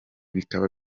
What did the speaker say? bikaba